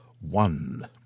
One